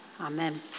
Amen